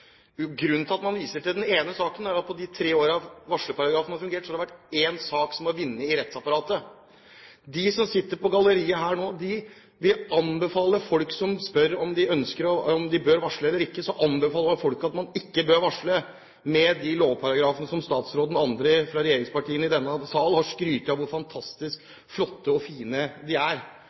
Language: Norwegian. Grunnen til at man viser til den ene saken, er at på de tre årene varslerparagrafen har fungert, har det vært én sak som har vunnet i rettsapparatet. De som sitter på galleriet her nå, vil anbefale folk som spør om de bør varsle eller ikke, at de ikke bør varsle, med de lovparagrafene som statsråden og andre fra regjeringspartiene i denne sal har skrytt av er fantastisk flotte og fine. Hvordan kan statsråden mene at disse bestemmelsene i arbeidsmiljøloven hjelper varslere, når de